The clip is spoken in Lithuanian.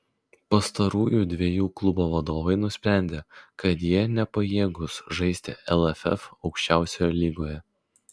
pastarųjų dviejų klubo vadovai nusprendė kad jie nepajėgūs žaisti lff aukščiausioje lygoje